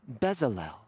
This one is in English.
Bezalel